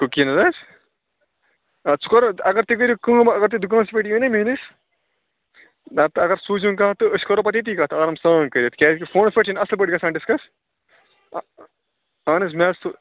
کُکیٖزن حظ اگر تُہۍ کٔرِو کٲم اگر تُہۍ دُکانَس پٮ۪ٹھ یِیُو نا میٲنِس نَتہٕ اگر سوٗزِوُن کانٛہہ تہٕ أسۍ کَرو پَتہٕ ییٚتی کَتھ آرام سان کٔرِتھ کیٛازِکہِ فونَس پٮ۪ٹھ چھِنہٕ اَصٕل پٲٹھۍ گژھان ڈِسکَس اہن حظ مےٚ حظ